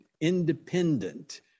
independent